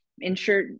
ensure